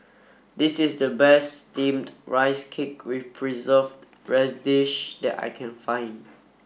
this is the best steamed rice cake with preserved radish that I can find